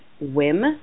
whim